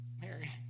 Mary